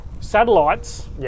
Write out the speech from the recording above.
satellites